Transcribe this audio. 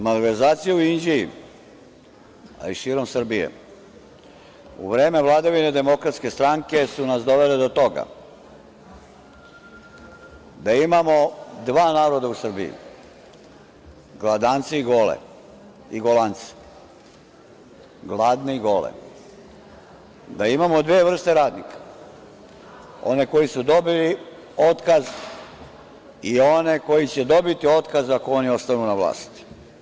Malverzacije u Inđiji, a i širom Srbije, u vreme vladavine DS su nas dovele do toga da imamo dva naroda u Srbiji – gladance i gole i golance, da imamo dve vrste radnika – one koji su dobili otkaz i one koji će dobiti otkaz ako oni ostanu na vlasti.